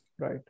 Right